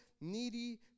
needy